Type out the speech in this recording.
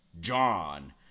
John